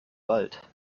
wald